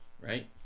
Right